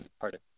pardon